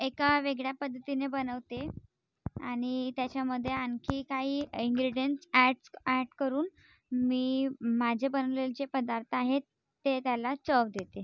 एका वेगळ्या पद्धतीने बनवते आणि त्याच्यामध्ये आणखी काही एन्ग्रीडंट च् अॅट च् अॅट करून मी माझे बनवलेले जे पदार्थ आहेत ते त्याला चव देते